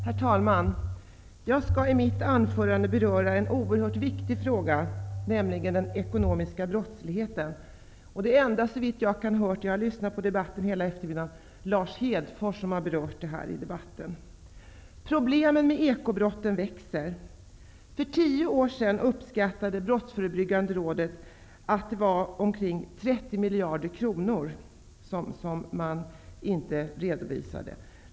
Herr talman! Jag skall i mitt anförande beröra en oerhört viktig fråga, nämligen den ekonomiska brottsligheten. Jag har lyssnat till debatten hela eftermiddagen, och såvitt jag har kunnat höra är Lars Hedfors den ende som har berört den frågan. Problemen med ekobrotten växer. För tio år sedan uppskattade Brottsförebyggande rådet att det var ca 30 miljarder kronor som inte redovisades någonstans.